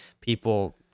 people